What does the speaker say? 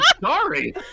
sorry